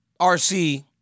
RC